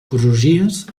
crugies